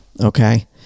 okay